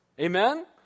Amen